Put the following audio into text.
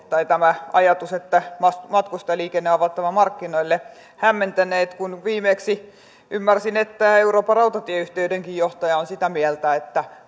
tai tämä ajatus että matkustajaliikenne on avattava markkinoille ovat yhä edelleen hämmentäneet kun viimeksi ymmärsin että euroopan rautatieviraston johtajakin on sitä mieltä että